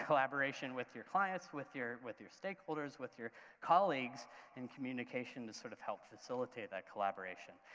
collaboration with your clients, with your with your stakeholders, with your colleagues and communication sort of helps facilitate that collaboration.